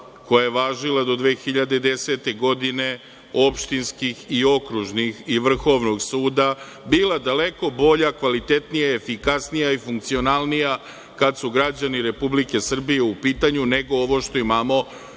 koja je važila do 2010. godine, opštinskih i okružnih i Vrhovnog suda, bila daleko bolja, kvalitetnija, efikasnija i funkcionalnija, kada su građani Republike Srbije u pitanju, nego ovo što imamo